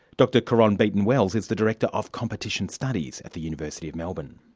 dr caron beaton wells is the director of competition studies at the university of melbourne.